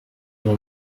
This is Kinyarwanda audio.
niba